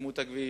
חסמו את הכביש,